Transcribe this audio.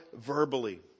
verbally